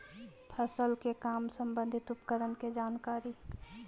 फसल के काम संबंधित उपकरण के जानकारी?